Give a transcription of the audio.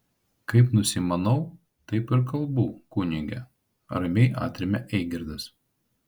kaip nusimanau taip ir kalbu kunige ramiai atremia eigirdas